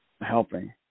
helping